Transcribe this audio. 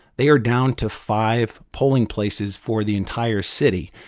they are down to five polling places for the entire city.